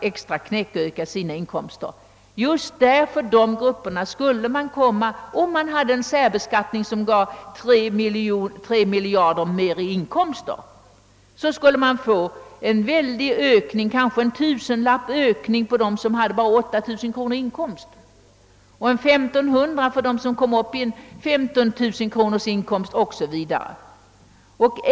Sådana familjer, som kanske har bara 8 000 kronor i årsinkomst, skulle — om man hade en särbeskattning som gav staten en inkomstökning av 3 miljarder kronor — få en skatteökning, med ungefär en tusenlapp eller kanske mera. För dem som kommit upp till en inkomst av 15 000 kronor per år blir skatteökningen ca 1500 osv.